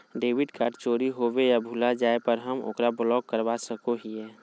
debit card चोरी होवे या भुला जाय पर हम ओकरा ब्लॉक करवा सको हियै